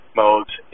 modes